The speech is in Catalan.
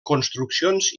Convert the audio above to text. construccions